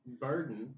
burden